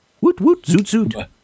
woot-woot-zoot-zoot